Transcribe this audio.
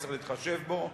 וצריך להתחשב בו.